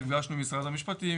נפגשנו עם משרד המשפטים,